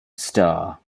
star